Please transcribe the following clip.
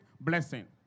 blessing